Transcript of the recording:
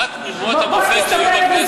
אחת מדמויות המופת שהיו בכנסת.